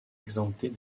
exemptées